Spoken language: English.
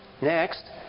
Next